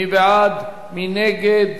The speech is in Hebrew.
מי בעד, מי נגד?